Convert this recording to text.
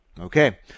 Okay